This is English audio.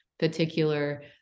particular